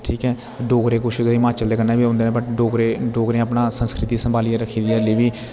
ठीक ऐ डोगरे कुछ हिमाचल दे कन्ने बी आउंदे न बट डोगरे डोगरे अपने संस्कृति संभालिये रखी दी आली बी